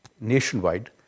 nationwide